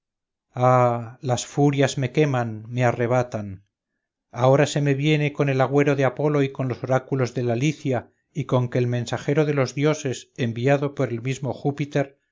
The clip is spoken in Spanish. las furias me queman me arrebatan ahora se me viene con el agüero de apolo y con los oráculos de la licia y con que el mensajero de los dioses enviado por el mismo júpiter